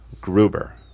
Gruber